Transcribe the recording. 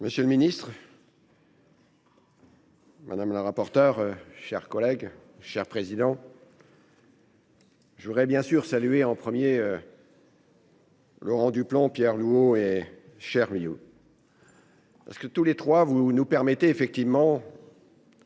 Monsieur le Ministre. Madame la rapporteur chers collègues cher président. Je voudrais bien sûr salué en premier. Laurent Duplomb Pierre et cher vieux. Parce que tous les trois vous nous permettez effectivement.